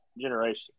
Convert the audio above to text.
generation